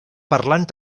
parlant